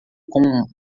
com